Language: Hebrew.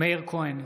מאיר כהן,